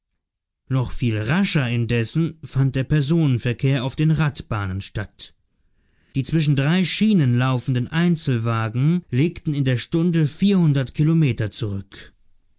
noch viel rascher indessen fand der personenverkehr auf den radbahnen statt die zwischen drei schienen laufenden einzelwagen legten in der stunde kilometer zurück